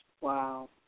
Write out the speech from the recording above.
Wow